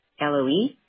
LOE